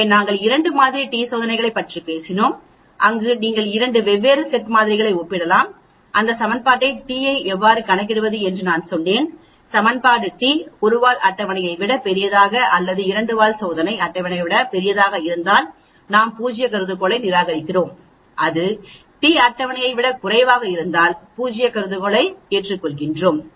எனவே நாங்கள் 2 மாதிரி டி சோதனைகளைப் பற்றி பேசினோம் அங்கு நீங்கள் 2 வெவ்வேறு செட் மாதிரிகளை ஒப்பிடலாம் இந்த சமன்பாட்டைப் பயன்படுத்தி t ஐ எவ்வாறு கணக்கிடுவது என்று நான் சொன்னேன் சமன்பாடு t ஒரு வால் அட்டவணையை விட பெரியதா அல்லது இரண்டு வால் சோதனை அட்டவணையை விட பெரியதாக இருந்தால் நாம் பூஜ்யத்தை நிராகரிக்கிறோம் அது t அட்டவணையை விட குறைவாக இருந்தால் பூஜ்ய கருதுகோளை ஏற்றுக்கொள்கிறோம்